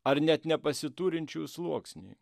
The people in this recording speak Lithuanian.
ar net nepasiturinčiųjų sluoksniui